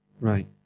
Right